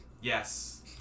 Yes